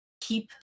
keep